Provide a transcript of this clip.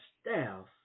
staff